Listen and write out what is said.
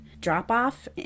drop-off